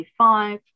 25